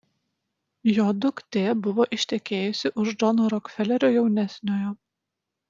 jo duktė buvo ištekėjusi už džono rokfelerio jaunesniojo